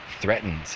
threatened